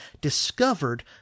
discovered